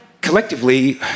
Collectively